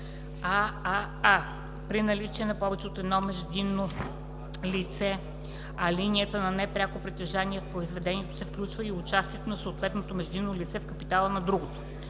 ааа) при наличие на повече от едно междинно лице в линията на непряко притежание в произведението се включва и участието на съответното междинно лице в капитала на другото;